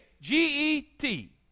G-E-T